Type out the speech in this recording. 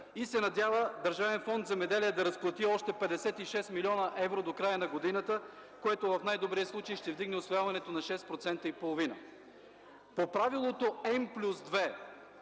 „Земеделие” да разплати още 56 милиона евро до края на годината, което в най-добрия случай ще вдигне усвояването на 6,5%. По правилото N + 2